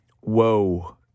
Whoa